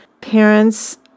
parents